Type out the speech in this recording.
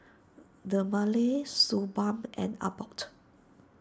Dermale Suu Balm and Abbott